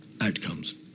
outcomes